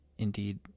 Indeed